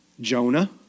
Jonah